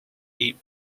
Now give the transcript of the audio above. eat